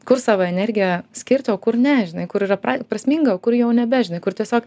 kur savo energiją skirti o kur ne žinai kur yra pra prasminga o kur jau nebe žinai kur tiesiog